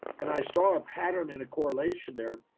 and i saw a pattern and a correlation there.